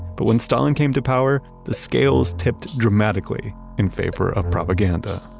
but when stalin came to power, the scales tipped dramatically in favor of propaganda